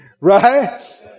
Right